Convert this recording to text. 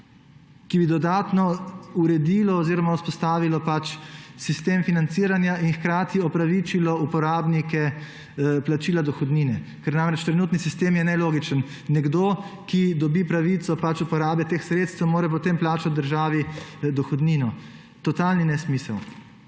ki bi dodatno vzpostavilo sistem financiranja in hkrati opravičilo uporabnike plačila dohodnine. Ker je namreč trenutni sistem nelogičen. Nekdo, ki dobi pravico uporabe teh sredstev, mora potem plačati državi dohodnino. Totalni nesmisel.